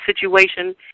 situation